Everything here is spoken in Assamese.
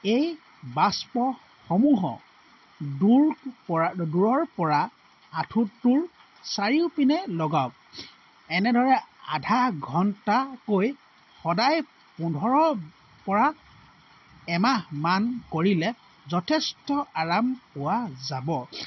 এই বাষ্পসমূহক দূৰৰপৰা দূৰৰপৰা আঁঠুটোৰ চাৰিওপিনে লগাৱক এনেদৰে আধা ঘন্টাকৈ সদায় পোন্ধৰৰপৰা এমাহমান কৰিলে যথেষ্ট আৰাম পোৱা যাব